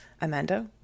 Amanda